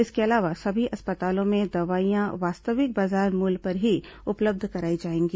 इसके अलावा सभी अस्पतालों में दवाइयां वास्तविक बाजार मूल्य पर ही उपलब्ध कराई जाएंगी